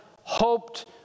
hoped